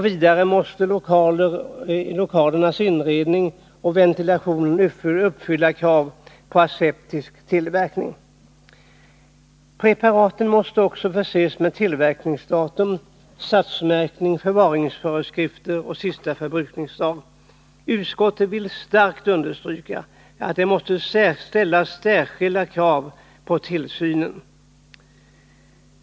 Vidare måste lokalernas inredning och ventilation uppfylla krav på aseptisk tillverkning. Preparaten måste också förses med tillverkningsdatum, satsmärkning, förvaringsföreskrifter och sista förbrukningsdag. Utskottet vill starkt understryka att det måste ställa särskilda krav på tillsynen.